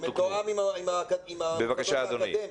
זה מתואם עם המוסדות האקדמיים,